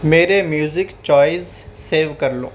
میرے music choice save کر لو